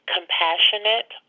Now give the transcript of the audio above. Compassionate